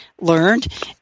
learned